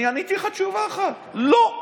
אני עניתי לך תשובה אחת: לא.